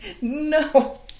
No